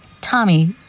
Tommy